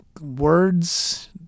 Words